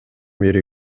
бери